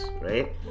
right